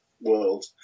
world